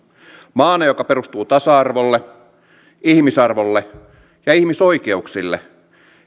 maana joka perustuu tasa arvolle ihmisarvolle ja ihmisoikeuksille